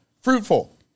fruitful